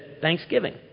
thanksgiving